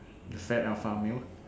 you fat alpha male